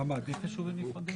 אתה מעדיף ---?